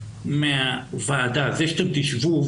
זה שאתם תשבו,